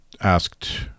asked